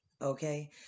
okay